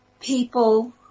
people